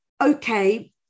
okay